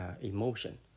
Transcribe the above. emotion